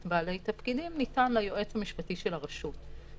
בעלי תפקידים ניתן ליועץ המשפטי של הרשות.